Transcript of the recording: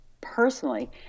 personally